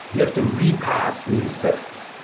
you have to re-pass these tests.